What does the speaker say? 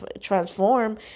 transform